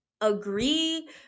agree